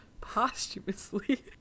Posthumously